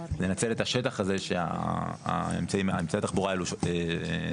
לנצל את השטח הזה שאמצעי התחבורה האלה תופסים.